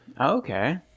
okay